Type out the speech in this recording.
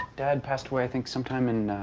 dad passed away, i think, sometime in, ah,